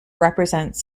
represents